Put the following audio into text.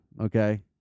okay